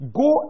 go